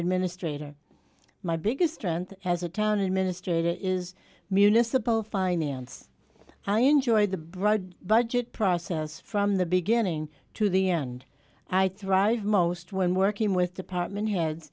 administrator my biggest strength as a town administrator is municipal finance i enjoyed the broad budget process from the beginning to the end i thrive most when working with department heads